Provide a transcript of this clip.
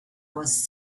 was